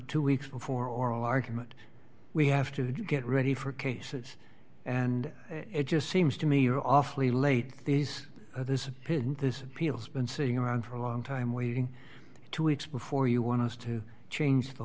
two weeks before oral argument we have to get ready for cases and it just seems to me you're awfully late these this opinion this appeal has been sitting around for a long time waiting two weeks before you want us to change the